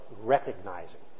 recognizing